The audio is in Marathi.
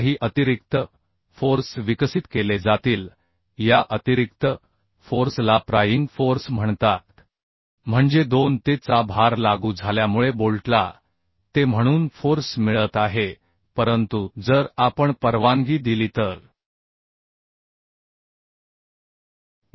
काही अतिरिक्त फोर्स विकसित केले जातील या अतिरिक्त फोर्स ला प्रायिंग फोर्स म्हणतात म्हणजे 2Te चा भार लागू झाल्यामुळे बोल्टला Te म्हणून फोर्स मिळत आहे परंतु जर आपण परवानगी दिली तर फ्लॅंजची विकृती नंतर अतिरिक्त प्रायिंग फोर्स अस्तित्वात येईल